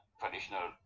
traditional